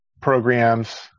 programs